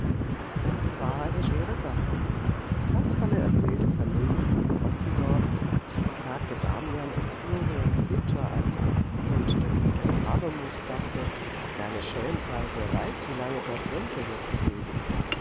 das war eine schwere sache kasperle erzählte verlegen von protzendorf er klagte damian und florian bitter an und der gute herr habermus dachte der kleine schelm sei wer weiß wie lange dort gänsehirt gewesen